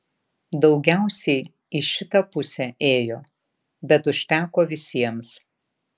daugiausiai į šitą pusę ėjo bet užteko visiems